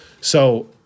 So-